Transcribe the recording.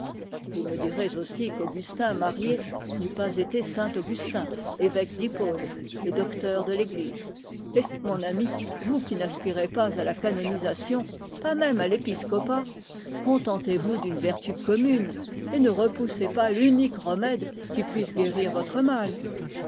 vous me direz aussi qu'augustin marié n'eût pas été saint augustin évêque d'hippone et docteur de l'église eh mon ami vous qui n'aspirez pas à la canonisation contentez-vous d'une vertu commune et ne repoussez pas l'unique remède qui puisse guérir votre mal